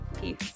Peace